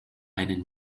einen